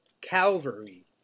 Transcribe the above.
Calvary